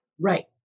Right